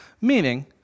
meaning